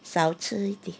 少吃一点